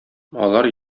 алар